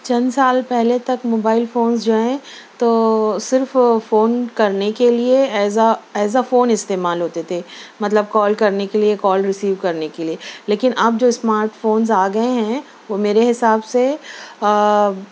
چند سال پہلے تک موبائل فونز جو ہیں تو صرف فون کرنے کے لیے ایز آ فون استعما ل ہوتے تھے مطلب کال کرنے کے لیے کال ریسو کرنے کے لیے لیکن اب جو اسمارٹ فونز آگئے ہیں وہ میرے حساب سے